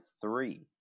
three